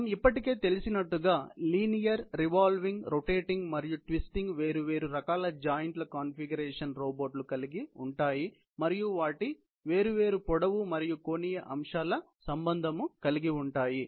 మనకు ఇప్పటికే తెలిసినట్లుగా లీనియర్ రివాల్వింగ్ రొటేటింగ్ మరియు ట్విస్టింగ్ వేరు వేరు రకాల జాయింట్ కాన్ఫిగరేషన్స్ రోబోట్లు కలిగి ఉంటాయి మరియు వాటి వేరు వేరు పొడవు మరియు కోణీయ అంశాలు సంబంధం కలిగి ఉటాయి